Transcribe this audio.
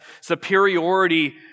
superiority